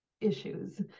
issues